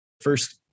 first